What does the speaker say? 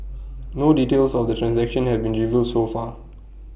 no details of the transaction have been revealed so far